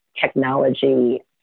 technology